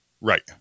right